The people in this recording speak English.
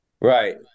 right